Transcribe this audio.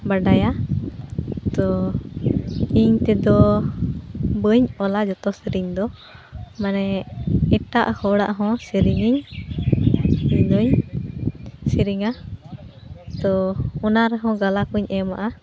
ᱵᱟᱰᱟᱭᱟ ᱛᱚ ᱤᱧᱛᱮᱫᱚ ᱵᱟᱹᱧ ᱚᱞᱟ ᱡᱚᱛᱚ ᱥᱮᱨᱮᱧ ᱫᱚ ᱢᱟᱱᱮ ᱮᱴᱟᱜ ᱦᱚᱲᱟᱜ ᱦᱚᱸ ᱥᱮᱨᱮᱧ ᱤᱧ ᱤᱧᱫᱚᱧ ᱥᱮᱨᱮᱧᱟ ᱛᱚ ᱚᱱᱟᱨᱮᱦᱚᱸ ᱜᱟᱞᱟᱠᱚᱧ ᱮᱢᱟᱜᱟ